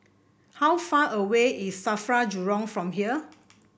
how far away is Safra Jurong from here